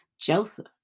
Joseph